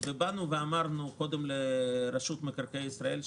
דיברנו קודם לרשות מקרקעי ישראל,